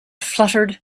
fluttered